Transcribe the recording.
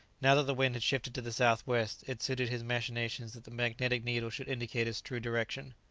now that the wind had shifted to the south-west, it suited his machinations that the magnetic needle should indicate its true direction.